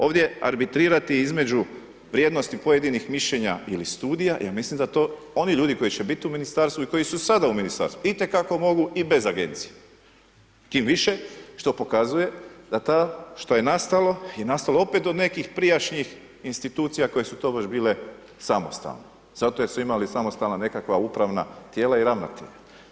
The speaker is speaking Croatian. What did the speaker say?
Ovdje arbitrirati između vrijednosti pojedinih mišljenja ili studija, ja mislim da to, oni ljudi koji će biti u ministarstvu i koji su sada u ministarstvu itekako mogu i bez agencije, tim više što pokazuje da ta, što je nastalo, je nastalo opet od nekih prijašnjih institucija, koje su to već bile samostalne, zato jer su imale nekakva samostalna upravna tijela i ravnatelja.